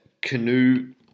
canoe